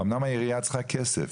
אמנם העירייה צריכה כסף,